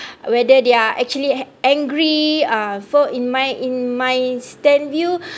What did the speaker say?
whether they're actually angry uh for in my in my stand view